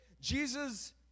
Jesus